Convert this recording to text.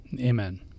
Amen